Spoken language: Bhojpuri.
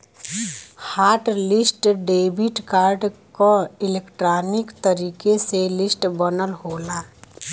हॉट लिस्ट डेबिट कार्ड क इलेक्ट्रॉनिक तरीके से लिस्ट बनल होला